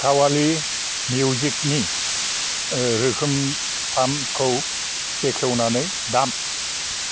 काभालि मिउजिकनि रोखोमथायखौ खेवनानै दाम